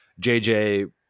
JJ